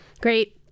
Great